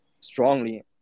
strongly